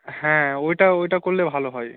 হ্যাঁ ওইটা ওইটা করলে ভালো হয়